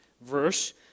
verse